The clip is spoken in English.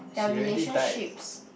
their relationships